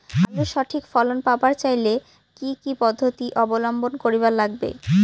আলুর সঠিক ফলন পাবার চাইলে কি কি পদ্ধতি অবলম্বন করিবার লাগবে?